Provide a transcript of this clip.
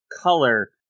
color